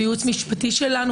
והייעוץ המשפטי שלנו,